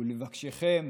ולבקשכם